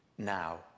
Now